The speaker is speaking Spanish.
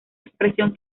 expresión